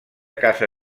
casa